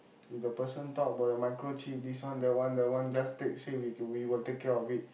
if the person talk about the microchip this one that one that one just take say we we will take care of it